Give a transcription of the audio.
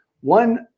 one